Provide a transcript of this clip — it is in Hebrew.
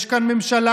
יש כאן ממשלה,